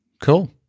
Cool